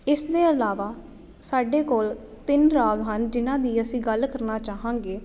ਇਸ ਨੇ ਇਲਾਵਾ ਸਾਡੇ ਕੋਲ ਤਿੰਨ ਰਾਗ ਹਨ ਜਿਹਨਾਂ ਦੀ ਅਸੀਂ ਗੱਲ ਕਰਨਾ ਚਾਹਾਂਗੇ